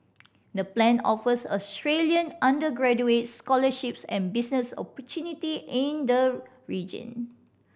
the plan offers Australian undergraduates scholarships and business opportunity in the region